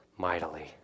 Mightily